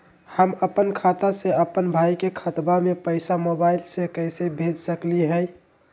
हम अपन खाता से अपन भाई के खतवा में पैसा मोबाईल से कैसे भेज सकली हई?